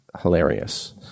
hilarious